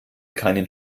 keinen